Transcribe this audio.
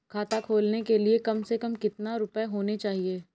खाता खोलने के लिए कम से कम कितना रूपए होने चाहिए?